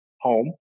home